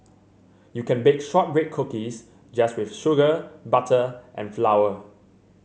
you can bake shortbread cookies just with sugar butter and flour